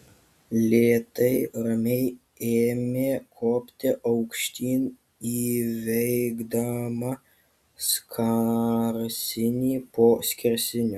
lėtai ramiai ėmė kopti aukštyn įveikdama skersinį po skersinio